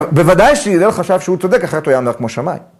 בוודאי שהלל חשב שהוא צודק, אחרת הוא היה מדבר כמו שמאי.